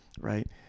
Right